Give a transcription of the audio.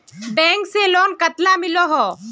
Bank से loan कतला मिलोहो?